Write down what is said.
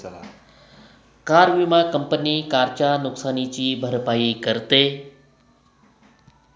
car विमा company कारच्या नुकसानीची भरपाई करते